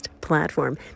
platform